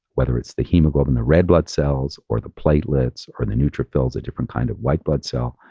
whether it's the hemoglobin, the red blood cells or the platelets or the neutrophils, a different kind of white blood cell.